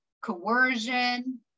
coercion